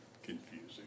Confusing